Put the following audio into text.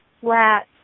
flat